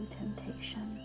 temptation